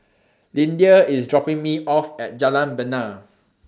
Lyndia IS dropping Me off At Jalan Bena